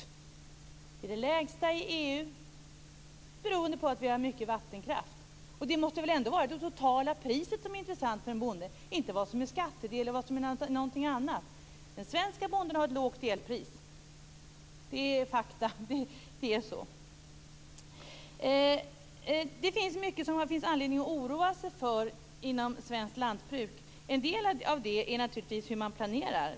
Det är det lägsta i EU beroende på att vi har mycket vattenkraft. Det måste väl ändå vara det totala priset som är intressant för en bonde - inte vad som är skatt och vad som är kostnad för någonting annat. Den svenska bonden har ett lågt elpris. Det är ett faktum. Det är så. Det är mycket som det finns anledning att oroa sig för inom svenskt lantbruk. En del av det är naturligtvis hur man planerar.